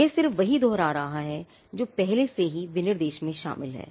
यह सिर्फ वही दोहरा रहा है जो पहले से ही विनिर्देश में शामिल है